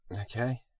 Okay